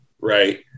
right